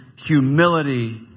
humility